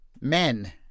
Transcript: Men